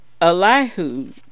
Elihu